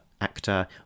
actor